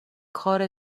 کار